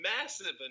Massive